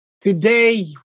today